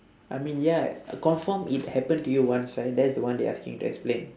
I mean ya confirm it happen to you once right that is the one they asking you to explain